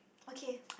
okay